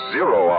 Zero